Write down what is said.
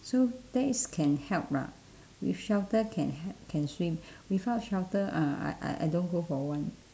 so that is can help lah with shelter can he~ can swim without shelter uh I I I don't go for one